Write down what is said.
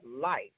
life